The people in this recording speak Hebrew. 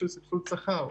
חס ושלום,